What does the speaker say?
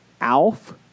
Alf